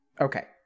Okay